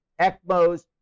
ECMOs